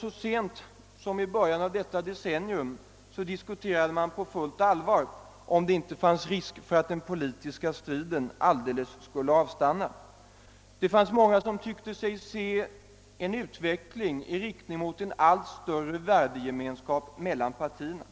Så sent som i början av detta decennium diskuterade man på fullt allvar om det inte fanns risk för att den politiska striden skulle alldeles avstanna. Det fanns många som tyckte sig se en utveckling i riktning mot en allt större värdegemenskap mellan partierna.